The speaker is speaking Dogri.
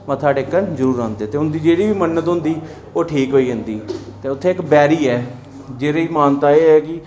मत्था टेकन जरूर औंदे ते उं'दी जेह्ड़ी बी मन्नत होंदी ओह् ठीक होई जंदी ते उत्थै इक बैरी ऐ जेह्दी मानता एह् ऐ कि